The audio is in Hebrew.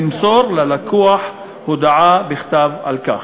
למסור ללקוח הודעה בכתב על כך.